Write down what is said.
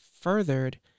furthered